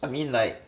I mean like